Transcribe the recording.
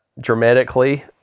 dramatically